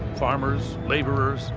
farmers, laborers,